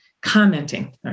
commenting